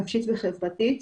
נפשית וחברתית,